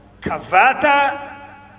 Kavata